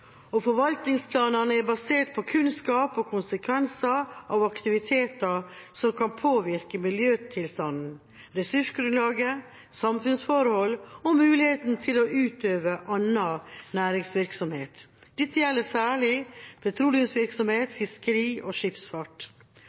kunnskap. Forvaltningsplanene er basert på kunnskap om konsekvenser av aktiviteter som kan påvirke miljøtilstanden, ressursgrunnlaget, samfunnsforhold og muligheten til å utøve annen næringsvirksomhet. Dette gjelder særlig petroleumsvirksomhet, fiskeri og skipsfart.